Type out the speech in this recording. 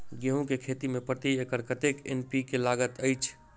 गेंहूँ केँ खेती मे प्रति एकड़ कतेक एन.पी.के लागैत अछि?